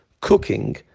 cooking